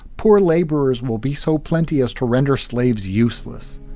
poor laborers will be so plenty as to render slaves useless.